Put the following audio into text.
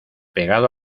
pegado